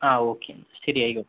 ആ ഓക്കെ എന്നാൽ ശരി ആയിക്കോട്ടെ